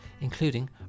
including